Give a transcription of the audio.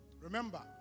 Remember